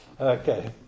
Okay